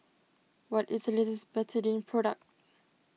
what is the latest Betadine product